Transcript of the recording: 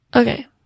Okay